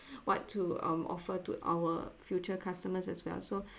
what to um offered to our future customers as well so